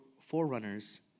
forerunners